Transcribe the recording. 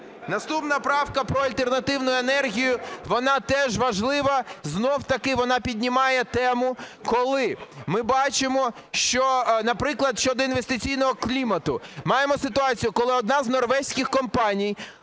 Наступна правка - про альтернативну енергію, вона теж важлива. Знов-таки вона піднімає тему, коли ми бачимо, що, наприклад, щодо інвестиційного клімату маємо ситуацію, коли одна з норвезьких компаній,